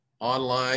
online